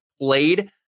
played